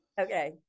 Okay